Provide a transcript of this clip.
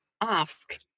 ask